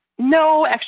no